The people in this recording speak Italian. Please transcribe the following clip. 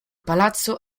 palazzo